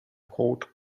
cold